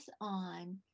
on